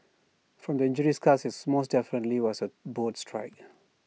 from the injury scars IT is more definitely was A boat strike